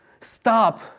Stop